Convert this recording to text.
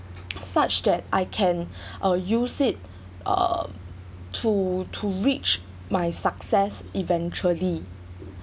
such as I can uh use it uh to to reach my success eventually